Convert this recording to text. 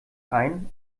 ein